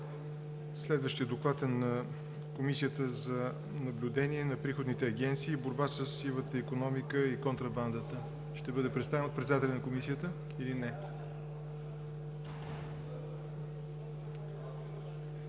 Следващият доклад е на Комисията за наблюдение на приходните агенции и борба със сивата икономика и контрабандата. Ще бъде представен от председателя на Комисията или не?